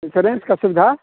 insurance का सुविधा